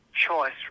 Choice